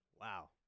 Wow